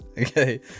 Okay